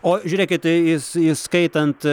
o žiūrėkit įs įskaitant